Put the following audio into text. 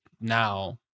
now